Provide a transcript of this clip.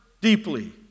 deeply